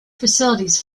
facilities